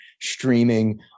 streaming